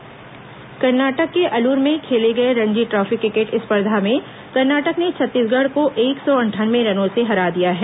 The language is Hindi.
रणजी ट्रॉफी कर्नाटक के अलूर में खेले गए रणजी ट्रॉफी क्रिकेट स्पर्धा में कर्नाटक ने छत्तीसगढ़ को एक सौ अंठानवे रनों से हरा दिया है